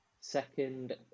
Second